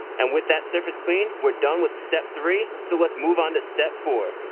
and with that surface clean, we're done with step three so let's move on to step four.